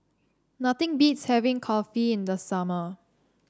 nothing beats having Kulfi in the summer